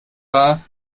war